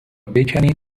بکنی